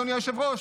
אדוני היושב-ראש?